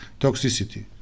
toxicity